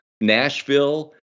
Nashville